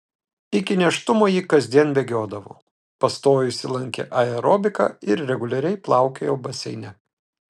iki nėštumo ji kasdien bėgiodavo pastojusi lankė aerobiką ir reguliariai plaukiojo baseine